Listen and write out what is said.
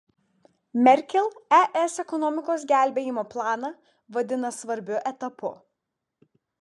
merkel es ekonomikos gelbėjimo planą vadina svarbiu etapu